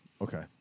Okay